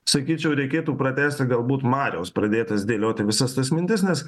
sakyčiau reikėtų pratęsti galbūt mariaus pradėtas dėlioti visas tas mintis nes